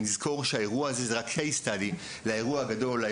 אבל אנחנו צריכים לזכור שהאירוע הזה הוא רק Case study לאירוע מורכב,